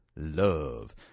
Love